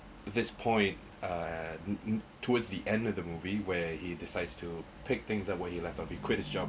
this point uh towards the end of the movie where he decides to pick things up where he left off he quit his job